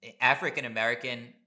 African-American